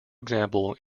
example